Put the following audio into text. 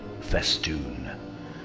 Festoon